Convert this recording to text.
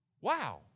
Wow